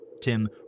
Tim